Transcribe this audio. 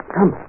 Come